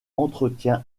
entretien